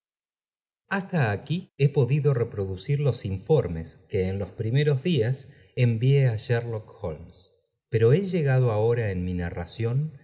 hasta aquí he podido reproducir los informes que en los primeree días envié á sheriock holmes pero he llegado ahora en mi narración